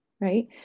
right